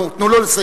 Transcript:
נו, תנו לו לסיים.